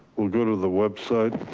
we'll go to the website.